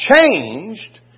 changed